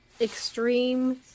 extreme